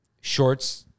shorts